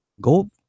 go